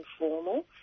informal